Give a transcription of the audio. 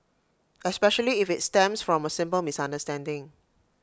especially if IT stems from A simple misunderstanding